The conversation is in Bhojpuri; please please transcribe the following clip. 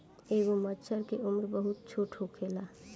एगो मछर के उम्र बहुत छोट होखेला